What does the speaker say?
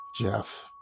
Jeff